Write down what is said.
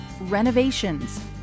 renovations